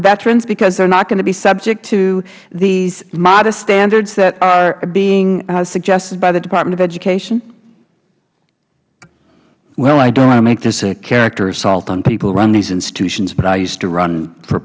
veterans because they are not going to be subject to these modest standards that are being suggested by the department of education mister carnevale well i don't want to make this a character assault on people who run these institutions but i used to run for